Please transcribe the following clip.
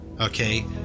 okay